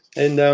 and,